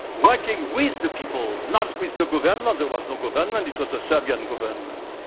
working with the people, not with the government. there was no government it was the serbian government.